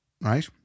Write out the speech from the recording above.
right